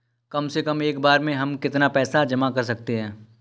कम से कम एक बार में हम कितना पैसा जमा कर सकते हैं?